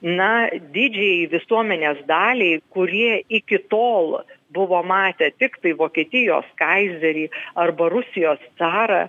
na didžiajai visuomenės daliai kurie iki tol buvo matę tiktai vokietijos kaizerį arba rusijos carą